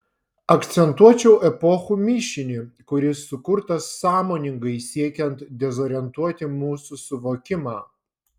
akcentuočiau epochų mišinį kuris sukurtas sąmoningai siekiant dezorientuoti mūsų suvokimą